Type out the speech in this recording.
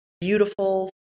beautiful